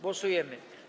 Głosujemy.